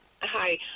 Hi